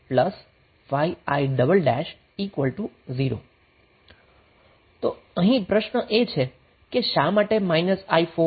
તો અહીં પ્રશ્ન એ છે કે શા માટે i4